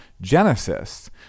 Genesis